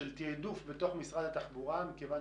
של תעדוף בתוך משרד התחבורה, כיוון